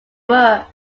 were